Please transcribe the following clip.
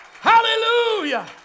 Hallelujah